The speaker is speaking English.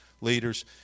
leaders